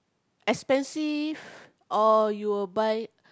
expensive or you will buy